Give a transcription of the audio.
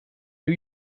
new